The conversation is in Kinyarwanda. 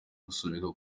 gusubikwa